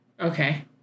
Okay